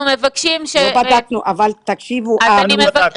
לא בדקנו, אבל תקשיבו --- מה לא בדקתם?